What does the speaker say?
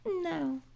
No